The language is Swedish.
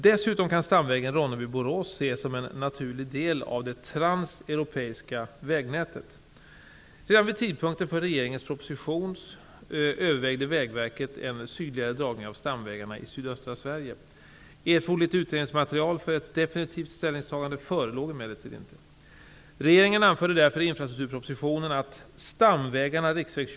Dessutom kan stamvägen Ronneby-- Borås ses som en naturlig del av det Redan vid tidpunkten för regeringens proposition övervägde Vägverket en sydligare dragning av stamvägarna i sydöstra Sverige. Erforderligt utredningsmaterial för ett definitivt ställningstagande förelåg emellertid inte.